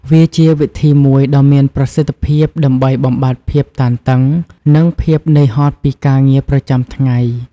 វាជាវិធីមួយដ៏មានប្រសិទ្ធភាពដើម្បីបំបាត់ភាពតានតឹង និងភាពនឿយហត់ពីការងារប្រចាំថ្ងៃ។